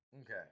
Okay